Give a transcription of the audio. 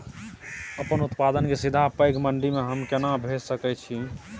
अपन उत्पाद के सीधा पैघ मंडी में हम केना भेज सकै छी?